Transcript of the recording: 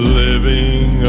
living